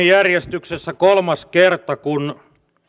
järjestyksessä kolmas kerta kun